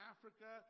Africa